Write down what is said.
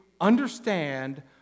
understand